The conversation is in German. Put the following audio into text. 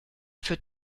für